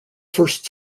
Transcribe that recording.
first